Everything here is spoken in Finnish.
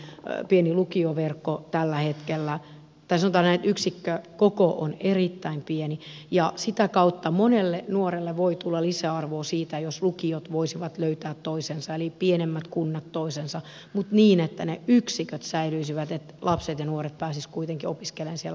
meillä on erittäin pieni lukioverkko tällä hetkellä tai sanotaan näin että yksikkökoko on erittäin pieni ja sitä kautta monelle nuorelle voi tulla lisäarvoa siitä jos lukiot voisivat löytää toisensa eli pienemmät kunnat toisensa mutta niin että ne yksiköt säilyisivät että lapset ja nuoret pääsisivät kuitenkin opiskelemaan siellä omalla alueellaan